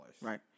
Right